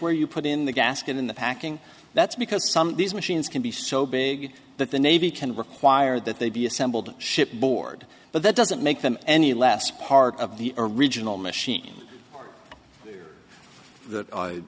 where you put in the gasket in the packing that's because some of these machines can be so big that the navy can require that they be assembled shipboard but that doesn't make them any less part of the original machine that